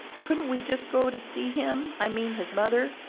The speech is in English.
couldn't we just go to see him, i mean his mother,